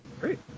Great